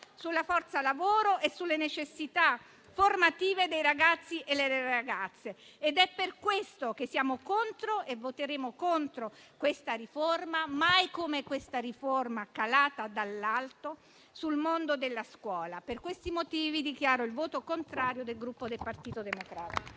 sulla forza lavoro e sulle necessità formative dei ragazzi e le ragazze. È per questo che voteremo contro questa riforma, calata dall'alto sul mondo della scuola. Per questi motivi dichiaro il voto contrario del Gruppo Partito Democratico.